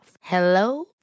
Hello